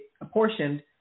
apportioned